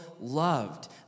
loved